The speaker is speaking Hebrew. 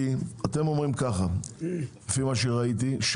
אתם אומרים לפי מה שראיתי,